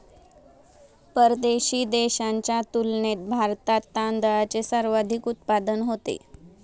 परदेशी देशांच्या तुलनेत भारतात तांदळाचे सर्वाधिक उत्पादन होते